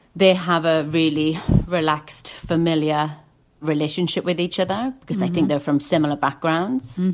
they have a really relaxed, familiar relationship with each other because they think they're from similar backgrounds.